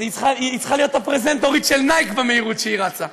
היא צריכה להיות הפרזנטורית של "נייק" במהירות שהיא רצה.